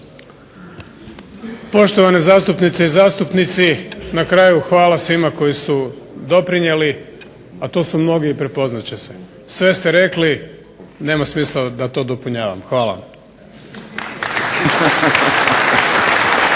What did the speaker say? Poštovane zastupnice i zastupnici na kraju hvala svima koji su doprinijeli a to su mnogi i prepoznati će se, sve ste rekli nema smisla da to dopunjavam. Hvala.